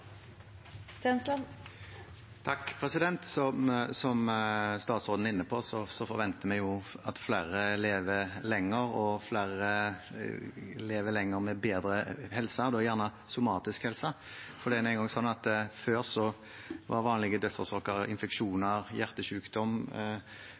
inne på, forventer vi at flere lever lenger, og at flere lever lenger med bedre helse, da gjerne somatisk helse. Før var vanlige dødsårsaker infeksjoner og hjertesykdom – de klassiske dødsårsakene – men nå ser vi at